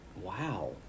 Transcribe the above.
Wow